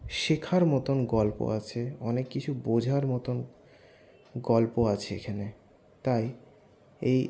শেখার মতন গল্প আছে অনেক কিছু বোঝার মতন গল্প আছে এইখানে তাই এই